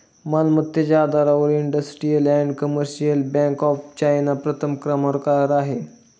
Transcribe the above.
मालमत्तेच्या आधारावर industrial and commercial bank of China प्रथम क्रमांकावर आहे